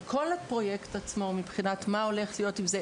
על כל הפרויקט עצמו מבחינת מה הולך להיות עם זה,